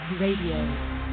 Radio